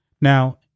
Now